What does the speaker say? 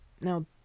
now